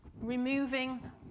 Removing